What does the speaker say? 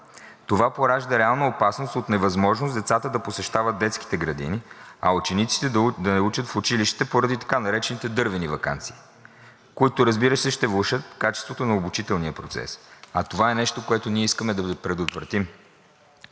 Това поражда реална опасност от невъзможност децата да посещават детските градини, а учениците да не учат в училище, поради така наречените дървени ваканции, които, разбира се, ще влошат качеството на обучителния процес, а това е нещо, което на всяка цена ние искаме да предотвратим.